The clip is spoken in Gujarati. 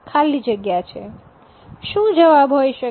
શું જવાબ હોય શકે